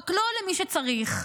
רק לא למי שצריך.